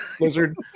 lizard